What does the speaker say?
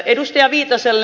edustaja viitaselle